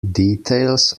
details